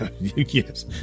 Yes